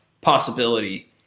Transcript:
possibility